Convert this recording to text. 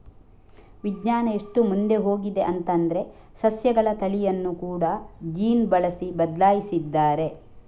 ವಿಜ್ಞಾನ ಎಷ್ಟು ಮುಂದೆ ಹೋಗಿದೆ ಅಂತಂದ್ರೆ ಸಸ್ಯಗಳ ತಳಿಯನ್ನ ಕೂಡಾ ಜೀನ್ ಬಳಸಿ ಬದ್ಲಾಯಿಸಿದ್ದಾರೆ